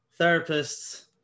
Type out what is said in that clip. therapists